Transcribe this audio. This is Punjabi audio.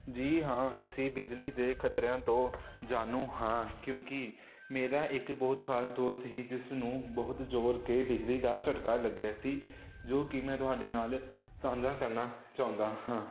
ਜੀ ਹਾਂ ਅਸੀਂ ਬਿਜਲੀ ਦੇ ਖਤਰਿਆਂ ਤੋਂ ਜਾਣੂ ਹਾਂ ਕਿਉਂਕਿ ਮੇਰਾ ਇੱਕ ਬਹੁਤ ਖਾਸ ਦੋਸਤ ਹੀ ਜਿਸ ਨੂੰ ਬਹੁਤ ਜ਼ੋਰ ਕੇ ਬਿਜਲੀ ਦਾ ਝਟਕਾ ਲੱਗਿਆ ਸੀ ਜੋ ਕਿ ਮੈਂ ਤੁਹਾਡੇ ਨਾਲ ਸਾਂਝਾ ਕਰਨਾ ਚਾਹੁੰਦਾ ਹਾਂ